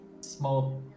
Small